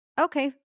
Okay